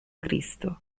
cristo